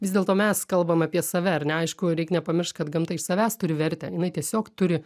vis dėlto mes kalbam apie save ar ne aišku reik nepamiršt kad gamta iš savęs turi vertę jinai tiesiog turi